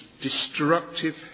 destructive